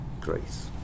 grace